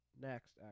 next